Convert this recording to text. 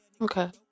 Okay